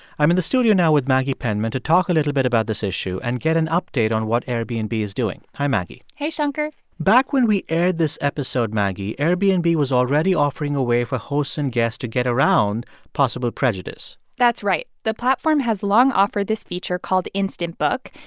i'm in the studio now with maggie penman to talk a little bit about this issue and get an update on what airbnb is doing. hi, maggie hey, shankar back when we aired this episode, maggie, airbnb and was already offering a way for hosts and guests to get around possible prejudice that's right. the platform has long offered this feature called instant book.